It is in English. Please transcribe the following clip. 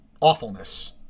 awfulness